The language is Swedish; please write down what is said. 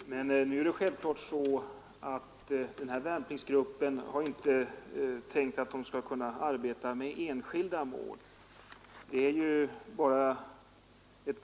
Herr talman! Men nu är det självklart så att den här värnpliktsgruppen inte har tänkt sig att den skall kunna arbeta med enskilda mål.